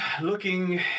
looking